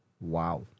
Wow